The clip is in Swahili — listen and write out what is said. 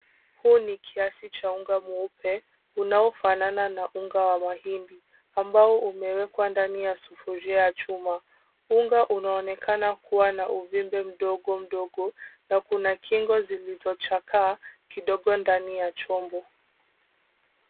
Huu ni kiasi cha unga mweupe unaofanana na unga wa mahindi, ambao umewekwa ndani ya sufuria ya chuma. Unga unaonekana kuwa na uvimbe mdogo mdogo na kuna kingo zilizochakaa kidogo ndani ya chombo.